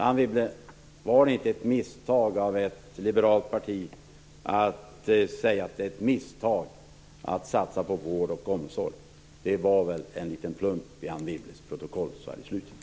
Anne Wibble, var det inte ett misstag av ett liberalt parti att säga att det är ett misstag att satsa på vård och omsorg? Det var väl en liten plump i Anne Wibbles protokoll så här i slutet?